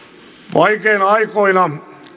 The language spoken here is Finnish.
vaikeina aikoina